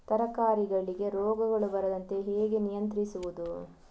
ತರಕಾರಿಗಳಿಗೆ ರೋಗಗಳು ಬರದಂತೆ ಹೇಗೆ ನಿಯಂತ್ರಿಸುವುದು?